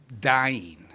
dying